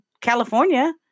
California